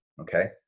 Okay